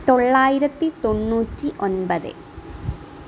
തൊള്ളായിരത്തി തൊണ്ണൂറ്റി ഒൻപത്